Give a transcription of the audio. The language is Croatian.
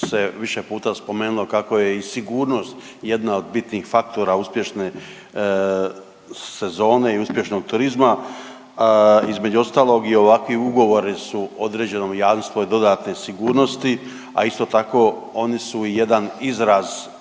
se više puta spomenulo kako je i sigurnost jedna od bitnih faktora uspješne sezone i uspješnog turizma. Između ostalog i ovakvi ugovori su određeno jamstvo dodatne sigurnosti, a isto tako oni su jedan izraz